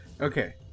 Okay